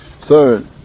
Third